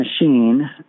machine